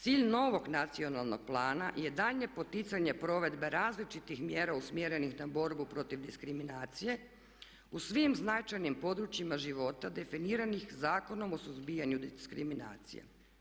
Cilj novog nacionalnog plana je daljnje poticanje provedbe različitih mjera usmjerenih na borbu protiv diskriminacije u svim značajnim područjima života definiranih Zakonom o suzbijanju diskriminacije.